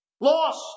Lost